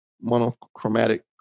monochromatic